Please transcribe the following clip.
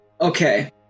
Okay